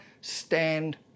Stand